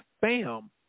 Bam